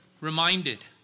reminded